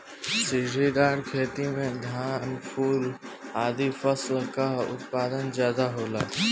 सीढ़ीदार खेती में धान, फूल आदि फसल कअ उत्पादन ज्यादा होला